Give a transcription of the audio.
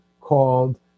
called